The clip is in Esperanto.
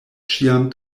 ĉiam